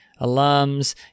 alums